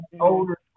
older